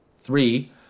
three